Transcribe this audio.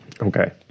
Okay